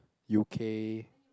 U_K